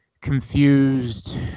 confused